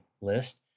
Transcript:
list